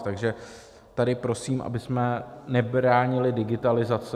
Takže tady prosím, abychom nebránili digitalizaci.